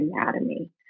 anatomy